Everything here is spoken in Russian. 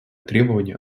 требование